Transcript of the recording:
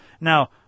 Now